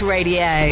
Radio